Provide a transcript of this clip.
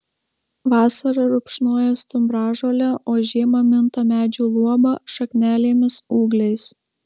vasarą rupšnoja stumbražolę o žiemą minta medžių luoba šaknelėmis ūgliais